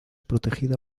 protegida